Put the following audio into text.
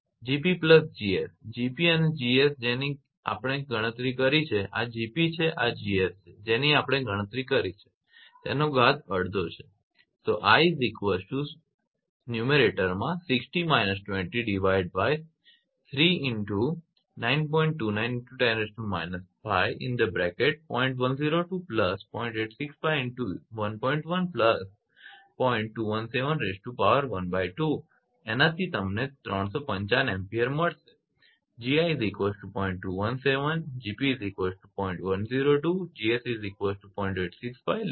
GpGs Gp અને Gs જેની આપણે ગણતરી કરી છે આ Gp છે આ Gs છે જેની આપણે ગણતરી કરી છે કે જેમાં ઘાત અડધો છે બરાબર